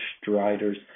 Striders